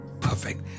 Perfect